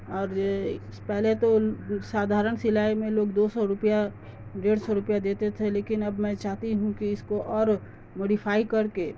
اور پہلے تو سادھارن سلائی میں لوگ دو سو روپیہ ڈیڑھ سو روپیہ دیتے تھے لیکن اب میں چاہتی ہوں کہ اس کو اور موڈیفائی کر کے